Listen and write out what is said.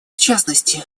частности